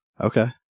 Okay